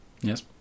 Yes